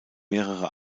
mehrere